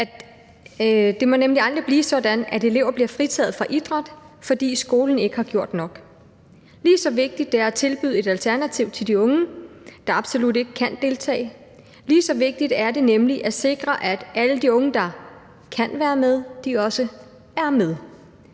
Det må nemlig aldrig blive sådan, at elever bliver fritaget for idræt, fordi skolen ikke har gjort nok. Lige så vigtigt det er at tilbyde et alternativ til de unge, der absolut ikke kan deltage, lige så vigtigt er det nemlig at sikre, at alle de unge, der kan være med, også er med.